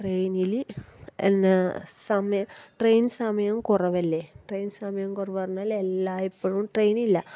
ട്രെയിനില് എന്നാ സമയം ട്രെയിൻ സമയം കുറവല്ലെ ട്രെയിൻ സമയം കുറവ് പറഞ്ഞാലെല്ലായ്പ്പോഴും ട്രെയ്നില്ല